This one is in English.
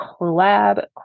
collab